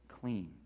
clean